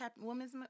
Women's